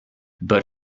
but